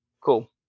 cool